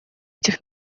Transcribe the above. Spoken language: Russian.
этих